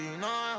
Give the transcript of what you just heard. no